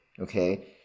Okay